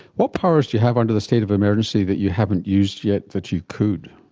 what powers do you have under the state of emergency that you haven't used yet that you could?